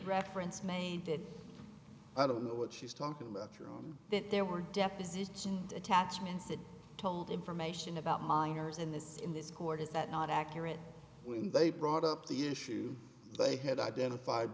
reference made to i don't know what she's talking about your own that there were depositions and attachments that told information about minors in this in this court is that not accurate when they brought up the issue they had identified